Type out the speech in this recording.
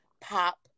pop